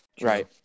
Right